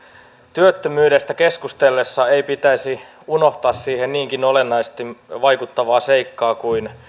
työttömyydestä keskustellessa ei pitäisi unohtaa siihen niinkin olennaisesti vaikuttavaa seikkaa kuin